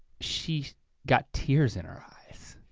she got tears in her eyes.